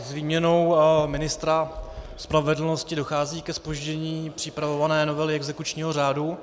S výměnou ministra spravedlnosti dochází ke zpoždění připravované novely exekučního řádu.